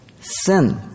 Sin